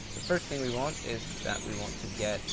the first thing we want is that we want to get